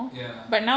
ya